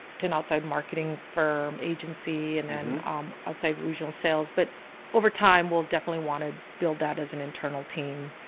ten outside marketing for agency and then i'll say regional sales, but overtime, we'll definitely want to build that as an internal team.